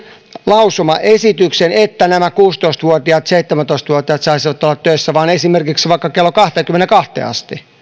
lausumaesityksen että nämä kuusitoista vuotiaat ja seitsemäntoista vuotiaat saisivat olla töissä esimerkiksi vain vaikka kello kahteenkymmeneenkahteen asti